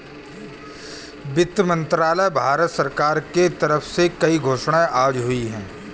वित्त मंत्रालय, भारत सरकार के तरफ से कई घोषणाएँ आज हुई है